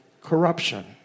Corruption